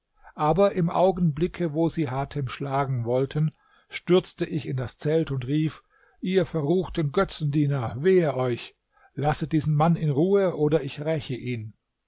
aber im augenblicke wo sie hatem schlagen wollten stürzte ich in das zelt und rief ihr verruchten götzendiener wehe euch lasset diesen mann in ruhe oder ich räche ihn